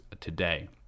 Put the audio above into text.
today